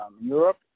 Europe